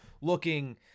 looking